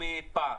עם פס,